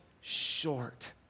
short